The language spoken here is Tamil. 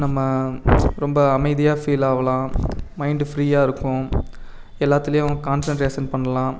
நம்ம ரொம்ப அமைதியாக ஃபீலாவுலாம் மைண்டு ஃப்ரீயாக இருக்கும் எல்லாத்துலையும் கான்சண்ட்ரேஷன் பண்ணலாம்